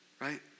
right